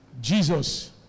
jesus